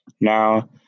Now